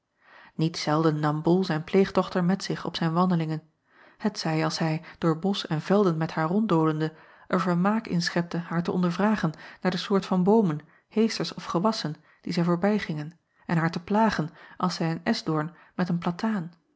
iet zelden nam ol zijn pleegdochter met zich op zijn wandelingen t zij als hij door bosch en velden met haar ronddolende er vermaak in schepte haar te ondervragen naar de soort van boomen heesters of gewassen die zij voorbijgingen en haar te plagen als zij een eschdoorn met een plataan